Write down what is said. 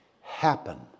happen